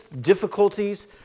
difficulties